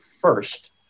first